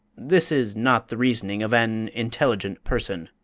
this is not the reasoning of an intelligent person,